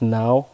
now